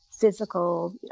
physical